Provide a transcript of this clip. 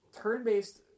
turn-based